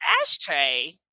Ashtray